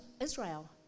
Israel